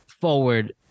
forward